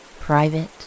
private